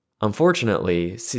Unfortunately